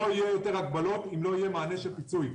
לא יהיו יותר הגבלות אם לא יהיה מענה של פיצוי.